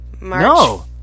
No